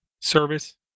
service